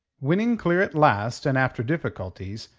winning clear at last, and after difficulties,